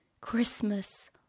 Christmas